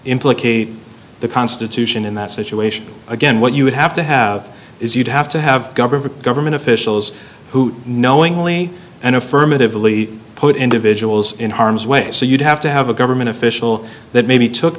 implicate the constitution in that situation again what you would have to have is you'd have to have government officials who knowingly and affirmatively put individuals in harms way so you'd have to have a government official that maybe took